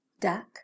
Duck